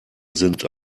sind